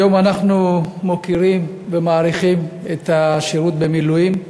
היום אנחנו מוקירים ומעריכים את השירות במילואים,